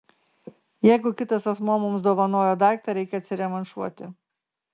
jeigu kitas asmuo mums dovanojo daiktą reikia atsirevanšuoti